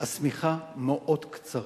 השמיכה מאוד קצרה,